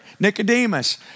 Nicodemus